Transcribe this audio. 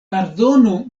pardonu